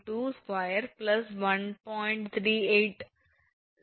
3807 2